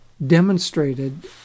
demonstrated